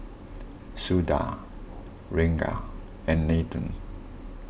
Suda Ranga and Nathan